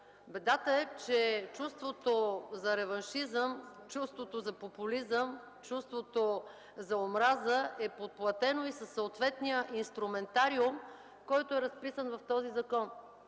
Бедата е, че чувството за реваншизъм, чувството за популизъм, чувството за омраза е подплатено и със съответния инструментариум, който е разписан в този закон.